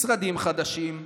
משרדים חדשים.